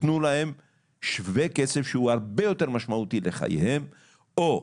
תתנו להם שווה כסף שהוא הרבה יותר משמעותי לחייהם; או,